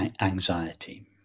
anxiety